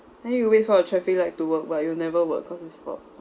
then you wait for the traffic light to work but it will never work cause it's spoilt